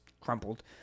crumpled